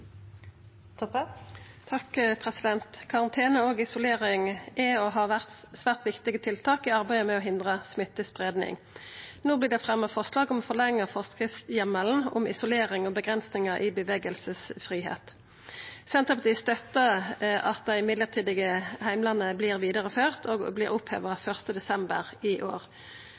og har vore svært viktige tiltak i arbeidet med å hindra smittespreiing. No vert det fremja forslag om å forlengja forskriftsheimelen om isolering og avgrensingar i bevegelsesfridomen. Senterpartiet støttar at dei mellombelse heimlane vert vidareførte og vert oppheva 1. desember i år.